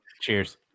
Cheers